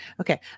Okay